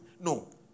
No